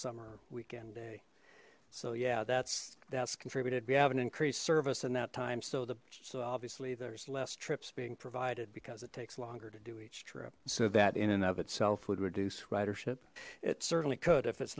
summer weekend day so yeah that's that's contributed we have an increased service in that time so that's obviously there's less trips being provided because it takes longer to do each trip so that in and of itself would reduce ridership it certainly could if it's